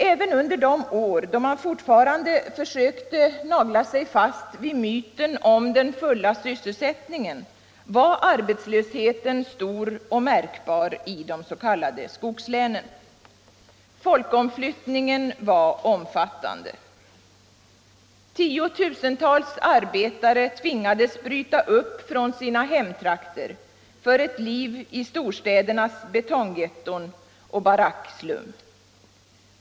Även under de år då man fortfarande försökte nagla sig fast vid myten om den fulla sysselsättningen var arbetslösheten stor och märkbar i s.k. skogslänen. Folkomflyttningen var omfattande. Tiotusentals arbetare tvingades bryta upp från sina hemtrakter, för ett liv i storstädernas betonggetton och barackslum.